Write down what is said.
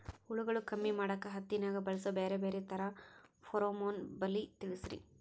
ಹುಳುಗಳು ಕಮ್ಮಿ ಮಾಡಾಕ ಹತ್ತಿನ್ಯಾಗ ಬಳಸು ಬ್ಯಾರೆ ಬ್ಯಾರೆ ತರಾ ಫೆರೋಮೋನ್ ಬಲಿ ತಿಳಸ್ರಿ